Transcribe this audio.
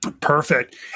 perfect